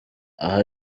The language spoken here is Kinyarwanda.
aha